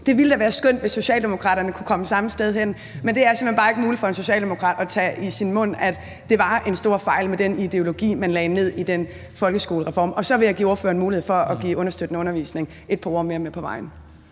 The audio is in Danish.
Det ville da være skønt, hvis Socialdemokraterne kunne komme det samme sted hen, men det er simpelt hen bare ikke muligt for en socialdemokrat at tage i sin mund, at det var en stor fejl med den ideologi, man lagde ned over den folkeskolereform. Og så vil jeg give ordføreren mulighed for at give den understøttende undervisning et par ord med på vejen.